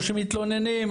או שמתלוננים,